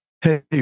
Hey